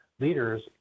leaders